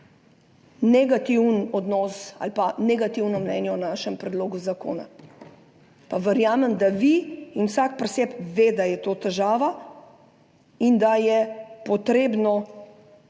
negativno mnenje o našem predlogu zakona. Pa verjamem, da vi in vsak pri sebi ve, da je to težava in da je potrebno